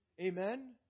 Amen